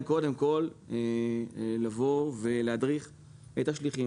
היא קודם כל לבוא ולהדריך את השליחים.